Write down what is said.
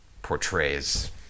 Portrays